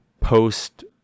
post